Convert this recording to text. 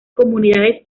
comunidades